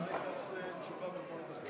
נעשה תשובה במועד אחר.